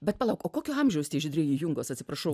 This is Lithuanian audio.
bet palauk o kokio amžiaus tie žydrieji jungos atsiprašau